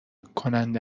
کننده